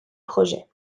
projet